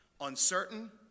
uncertain